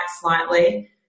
slightly